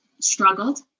struggled